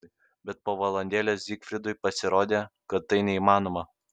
bet po valandėlės zygfridui pasirodė kad tai neįmanoma